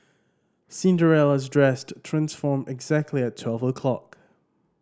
Cinderella's dress transformed exactly at twelve o'clock